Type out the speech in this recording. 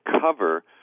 cover